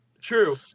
true